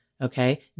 okay